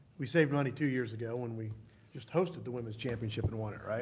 we saved money two years ago when we just hosted the women's championship and won it, right?